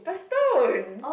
don't